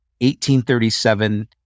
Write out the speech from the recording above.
1837